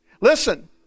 Listen